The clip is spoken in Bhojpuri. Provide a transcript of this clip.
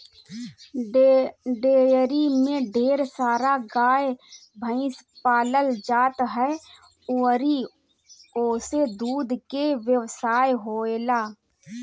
डेयरी में ढेर सारा गाए भइस पालल जात ह अउरी ओसे दूध के व्यवसाय होएला